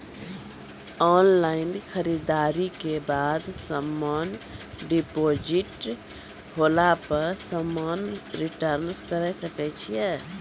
Online खरीददारी के बाद समान डिफेक्टिव होला पर समान रिटर्न्स करे सकय छियै?